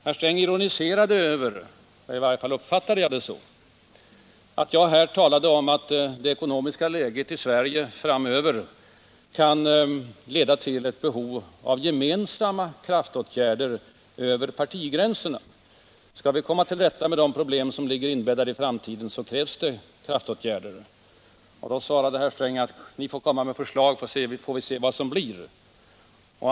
Herr Sträng ironiserade över — i varje fall uppfattade jag det så — att jag här talade om att det ekonomiska läget i Sverige framöver kan leda till ett behov av gemensamma kraftåtgärder över partigränserna. Skall vi komma till rätta med de problem som ligger inbäddade i framtiden, krävs det kraftåtgärder. På det svarade herr Sträng att vi får komma med förslag och sedan får man se vad det blir av det.